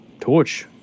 torch